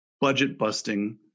budget-busting